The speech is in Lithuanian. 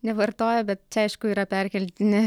nevartoja bet čia aišku yra perkeltinė